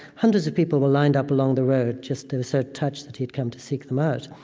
hundreds of people were lined up along the road, just so touched that he'd come to seek them out.